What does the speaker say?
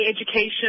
education